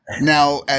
Now